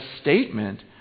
statement